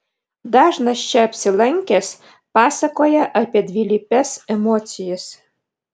dažnas čia apsilankęs pasakoja apie dvilypes emocijas